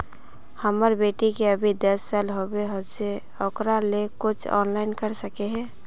हमर बेटी के अभी दस साल होबे होचे ओकरा ले कुछ ऑनलाइन कर सके है?